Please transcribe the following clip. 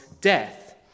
death